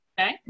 Okay